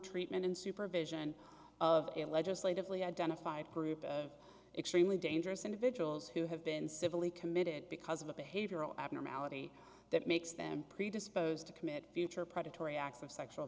treatment and supervision of a legislatively identified group of extremely dangerous individuals who have been civilly committed because of a behavioral abnormality that makes them predisposed to commit future predatory acts of sexual